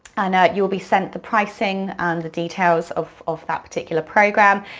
and you'll be sent the pricing and the details of of that particular program.